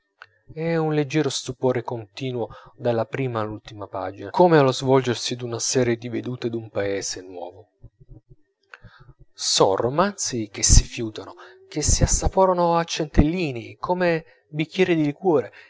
e un leggiero stupore continuo dalla prima all'ultima pagina come allo svolgersi d'una serie di vedute d'un paese nuovo son romanzi che si fiutano che si assaporano a centellini come bicchieri di liquore